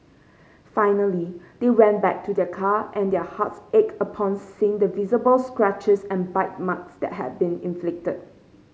finally they went back to their car and their hearts ached upon seeing the visible scratches and bite marks that had been inflicted